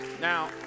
Now